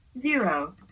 zero